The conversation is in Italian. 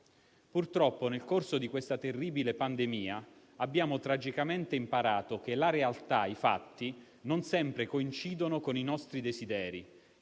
Purtroppo, nel corso di questa terribile pandemia abbiamo tragicamente imparato che la realtà e i fatti non sempre coincidono con i nostri desideri